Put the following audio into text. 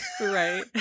Right